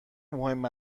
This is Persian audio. مهم